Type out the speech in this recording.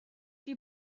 die